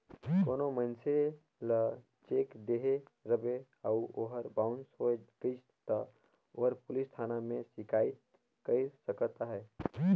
कोनो मइनसे ल चेक देहे रहबे अउ ओहर बाउंस होए गइस ता ओहर पुलिस थाना में सिकाइत कइर सकत अहे